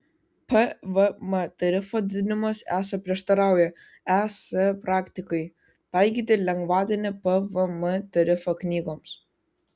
pvm tarifo didinimas esą prieštarauja es praktikai taikyti lengvatinį pvm tarifą knygoms